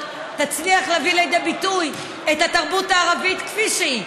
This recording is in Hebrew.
יצליחו להביא לידי ביטוי את התרבות הערבית כפי שהיא,